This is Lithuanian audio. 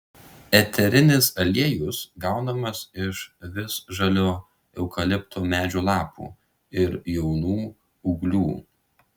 eterinis aliejus gaunamas iš visžalio eukalipto medžio lapų ir jaunų ūglių